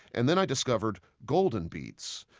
and then i discovered golden beets.